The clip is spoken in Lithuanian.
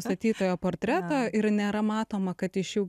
statytojo portreto ir nėra matoma kad iš jų